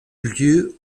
lieues